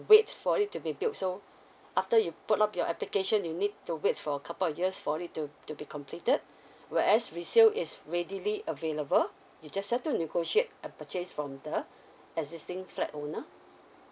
wait for it to be build so after you put up your application you need to wait for a couple of years for it to to be completed where as resale is readily available you just have to negotiate a purchase from the existing flat owner